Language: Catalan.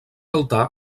altar